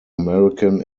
american